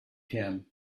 him